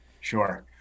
sure